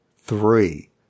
three